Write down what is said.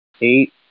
eight